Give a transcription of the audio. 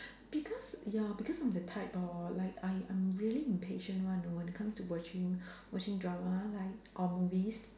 because ya because I'm the type hor like I I'm really impatient [one] you know when it comes to watching watching drama like or movies